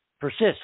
persists